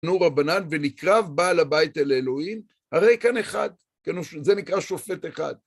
נו רבנן, ונקרב בעל הבית אל אלוהים, הרי כאן אחד, זה נקרא שופט אחד.